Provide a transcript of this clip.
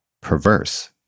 perverse